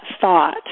thought